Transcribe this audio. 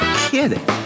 kidding